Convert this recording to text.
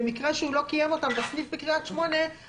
במקרה שהוא לא קיים אותם בסניף בקריית שמונה,